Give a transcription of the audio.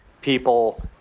people